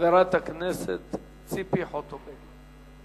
חברת הכנסת ציפי חוטובלי.